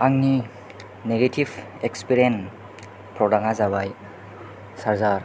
आंनि negative experience प्रदाका जाबाय चार्जार